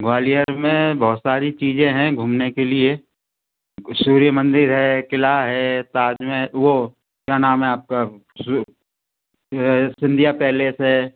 ग्वालियर में बहुत सारी चीजे हैं घूमने के लिए सूर्य मंदिर है किला है ताजमहल वो क्या नाम है आपका सिंधिया पैलेस है